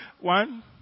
one